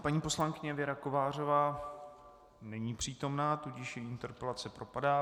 Paní poslankyně Věra Kovářová není přítomna, tudíž její interpelace propadá.